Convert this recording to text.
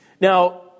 Now